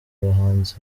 abahanzi